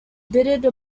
bitterly